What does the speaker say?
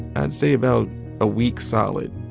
and say about a week solid,